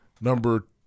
Number